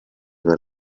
per